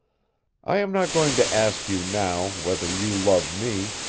i am not going to ask you now whether you love me,